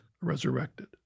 resurrected